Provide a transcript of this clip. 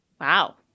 Wow